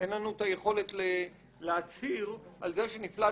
אין לנו את היכולת להצהיר על זה שנפלט